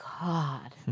God